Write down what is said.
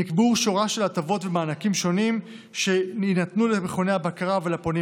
נקבעו שורה של הטבות ומענקים שונים שיינתנו למכוני הבקרה ולפונים